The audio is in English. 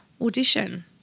audition